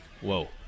Whoa